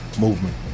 movement